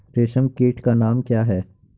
रेशम कीट का नाम क्या है?